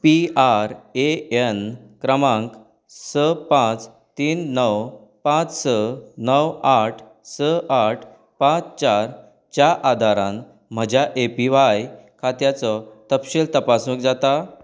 PRAN क्रमांक स पांच तीन णव पांच स णव आठ स आठ पांच चारच्या आदारान म्हज्या एपीव्हाय खात्याचो तपशील तपासूंक जाता